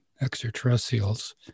extraterrestrials